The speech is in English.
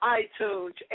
iTunes